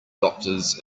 doctors